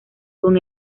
con